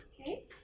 Okay